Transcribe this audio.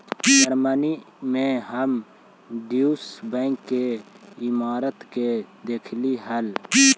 Germany में हम Deutsche Bank के इमारत के देखलीअई हल